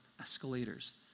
escalators